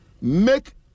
make